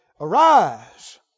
arise